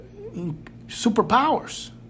superpowers